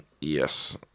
Yes